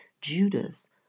Judas